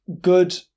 good